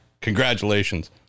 congratulations